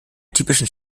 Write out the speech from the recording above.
typischen